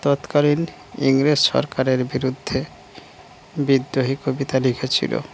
তৎকালীন ইংরেজ সরকারের বিরুদ্ধে বিদ্রোহী কবিতা লিখেছিলো